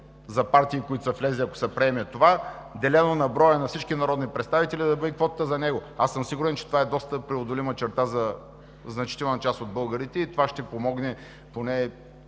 за партии, които са влезли, ако се приеме това, делено на броя на всички народни представители, да бъде квотата за него. Аз съм сигурен, че това е доста преодолима черта за значителна част от българите и това ще помогне поне